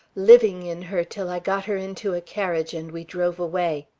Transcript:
living in her till i got her into a carriage and we drove away.